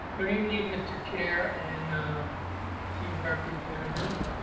good evening, mr. chair and the representatives.